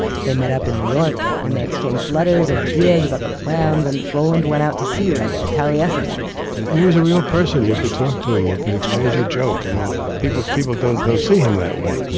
they met up in new york and they exchanged letters and ideas about the plans and roland went out to see wright at taliesin and he was a real person. you could talk to him, you could exchange your joke. i mean people people don't don't see him that way,